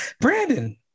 Brandon